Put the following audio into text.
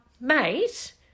mate